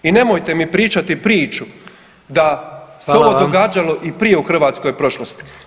I nemojte mi pričati priču da se ovo događalo i prije u hrvatskoj prošlosti.